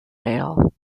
ale